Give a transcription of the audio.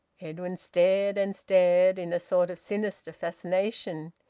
edwin stared and stared, in a sort of sinister fascination.